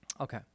Okay